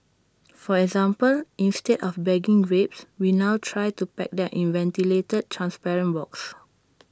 for example instead of bagging grapes we now try to pack them in ventilated transparent boxes